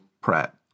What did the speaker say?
Pratt